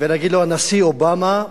להגיד לו: הנשיא אובמה,